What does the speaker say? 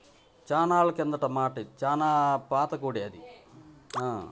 చాన్నాళ్ళ కిందట మాట చాలా పాత గుడి అది